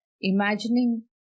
Imagining